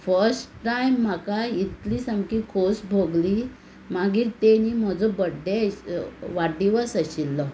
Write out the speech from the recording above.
first time म्हाका इतली सामकी खोस भोगली मागीर ताणी म्हजो बड्डे वाडडिवस आशिल्लो